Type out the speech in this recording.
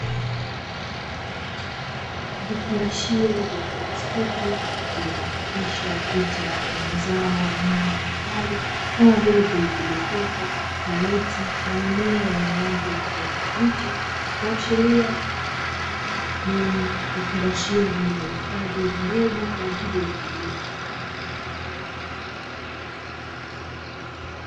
Vifungashio vya plastiki vilivyochapishwa picha ya mazao aina mbalimbali, kama vile: pilipili hoho, karoti na mimea yenye rangi ya kijani kibichi; kuashiria ni vifungashio vilivyohifadhi mbegu kwa ajili ya kilimo.